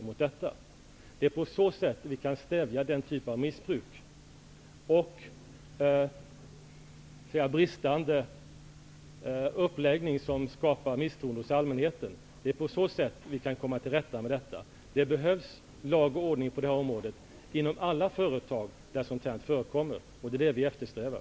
Det är på så sätt som denna typ av missbruk kan stävjas och som man kan komma till rätta med denna bristande uppläggning som skapar misstro hos allmänheten. Det behövs lag och ordning inom alla företag där det förekommer fallskärmsavtal, och det är vad vi eftersträvar.